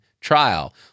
trial